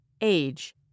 Age